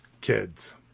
kids